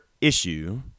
issue